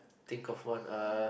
think of one uh